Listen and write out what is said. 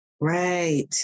Right